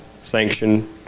sanction